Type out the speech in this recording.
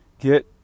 Get